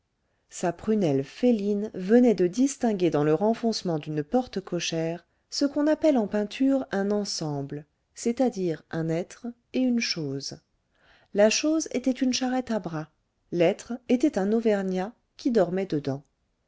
sa prunelle féline venait de distinguer dans le renfoncement d'une porte cochère ce qu'on appelle en peinture un ensemble c'est-à-dire un être et une chose la chose était une charrette à bras l'être était un auvergnat qui dormait dedans